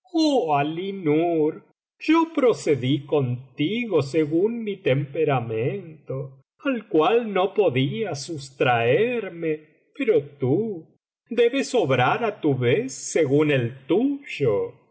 yo procedí contigo según mi temperamento al cual no podía sustraerme pero tú debes obrar á tu vez según el tuyo